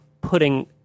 putting